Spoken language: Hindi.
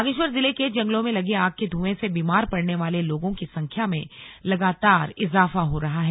बागेश्वर जिले के जंगलों में लगी आग के धुएं से बीमार पड़ने वाले लोगों की संख्या में लगातार इजाफा हो रहा है